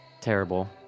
Terrible